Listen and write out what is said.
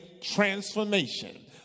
transformation